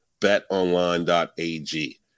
betonline.ag